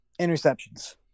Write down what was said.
interceptions